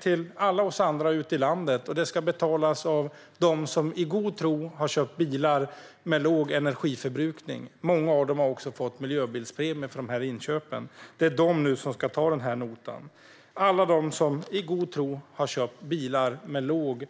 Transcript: till alla andra i landet, och den ska betalas av dem som i god tro har köpt bilar med låga koldioxidutsläpp. Många av dem har också fått miljöbilspremie för dessa inköp. Herr talman!